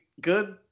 good